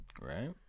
right